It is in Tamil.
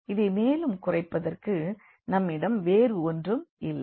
இதை மேலும் குறைப்பதற்க்கு நம்மிடம் வேறொன்றும் இல்லை